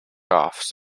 offs